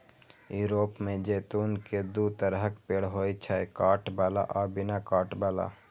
Europe मे जैतून के दू तरहक पेड़ होइ छै, कांट बला आ बिना कांट बला